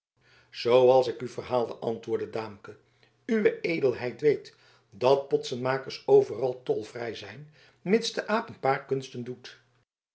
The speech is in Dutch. zooals ik u verhaalde antwoordde daamke uwe edelheid weet dat potsenmakers overal tolvrij zijn mits de aap een paar kunsten doe